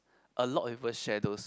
a lot people share those